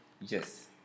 yes